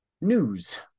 News